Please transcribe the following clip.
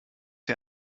ihr